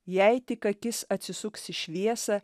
jei tik akis atsisuks į šviesą